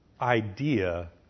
idea